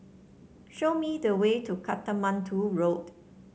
show me the way to Katmandu Road